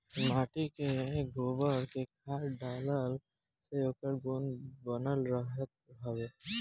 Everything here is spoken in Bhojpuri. माटी में गोबर के खाद डालला से ओकर गुण बनल रहत हवे